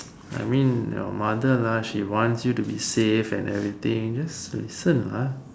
I mean your mother lah she wants you to be safe and every thing just listen lah